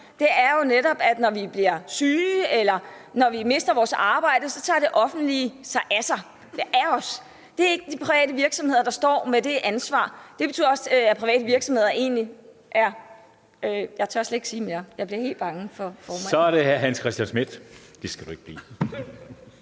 os, er jo netop, at når vi bliver syge eller mister vores arbejde, tager det offentlige sig af os. Det er ikke de private virksomheder, der står med det ansvar. Det betyder også, at ... Nu tør jeg slet ikke sige mere; jeg bliver helt bange for formanden. Kl. 17:42 Første næstformand (Henrik